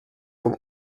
vom